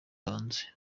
hanze